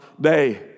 day